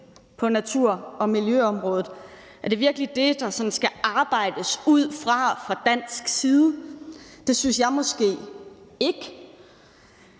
på natur- og miljøområdet? Er det virkelig det, der sådan skal arbejdes ud fra fra dansk side? Det synes jeg måske ikke.